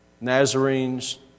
Nazarenes